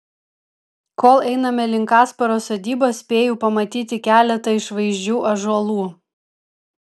kol einame link kasparo sodybos spėju pamatyti keletą išvaizdžių ąžuolų